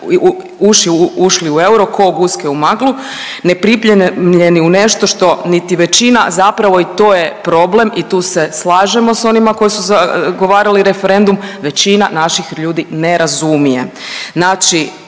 ušli u euro ko guske u maglu, nepripremljeni u nešto što niti većina, zapravo to je i problem i tu se slažemo s onima koji su zagovarali referendum većina naših ljudi ne razumije.